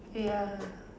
ya